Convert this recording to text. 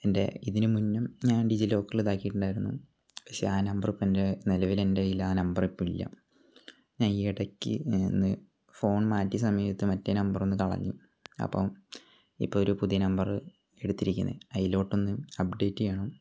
എൻ്റെ ഇതിന് മുമ്പും ഞാൻ ഡിജിലോക്കറിൽ ഇതാക്കിയിട്ട് ഉണ്ടായിരുന്നു പക്ഷേ ആ നമ്പറിപ്പം എൻ്റെ നിലവിൽ എൻ്റെ കൈയിയിൽ ആ നമ്പർ ഇപ്പം ഇല്ല ഞാൻ ഈ ഇടയ്ക്ക് ഒന്നു ഫോൺ മാറ്റിയ സമയത്ത് മറ്റെ നമ്പർ ഒന്നു കളഞ്ഞു അപ്പം ഇപ്പം ഒരു പുതിയ നമ്പറ് എടുത്തിരിക്കുന്നത് അതിലോട്ട് ഒന്ന് അപ്ഡേറ്റ് ചെയ്യണം